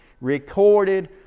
recorded